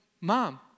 mom